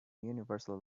universal